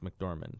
McDormand